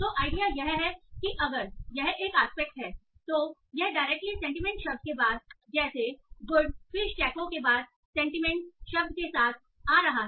तो आइडिया यह है कि अगर यह एक एस्पेक्ट है तो यह डायरेक्टली सेंटीमेंट शब्द के बाद जैसे गुड फिश टैको के बाद सेंटीमेंट शब्द के साथ आ रहा है